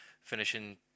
finishing